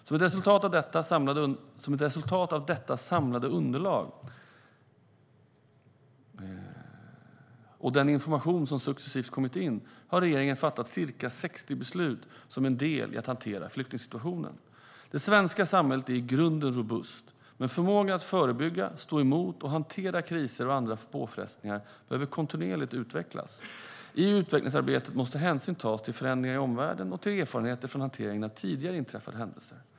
Som ett resultat av detta samlade underlag och den information som successivt kommit in har regeringen fattat ca 60 beslut som en del i att hantera flyktingsituationen. Det svenska samhället är i grunden robust, men förmågan att förebygga, stå emot och hantera kriser och andra påfrestningar behöver kontinuerligt utvecklas. I utvecklingsarbetet måste hänsyn tas till förändringar i omvärlden och till erfarenheter från hanteringen av tidigare inträffade händelser.